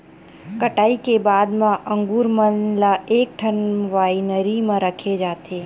कटई के बाद म अंगुर मन ल एकठन वाइनरी म रखे जाथे